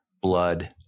blood